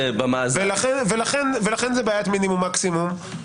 לכן זו בעיית מינימום ומקסימום.